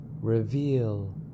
reveal